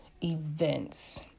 events